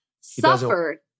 suffered